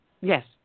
Yes